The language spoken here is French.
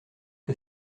que